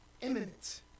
imminent